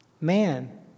Man